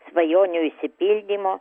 svajonių išsipildymo